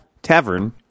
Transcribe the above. Tavern